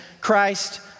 Christ